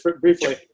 briefly